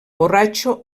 borratxo